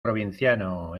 provinciano